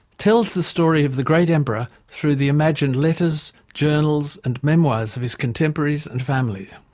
tells the story of the great emperor through the imagined letters, journals and memoirs of his contemporaries and family.